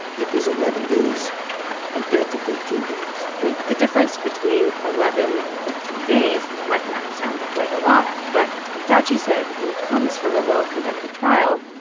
it was eleven days compared to fifteen days and the difference between eleven and fifteen days might not sound like a lot. but fauci said when it comes from a well-conducted trial,